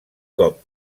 cop